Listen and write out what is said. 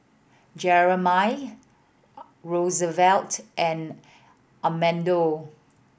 Jeramie Rosevelt and Amado